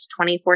24